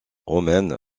romaine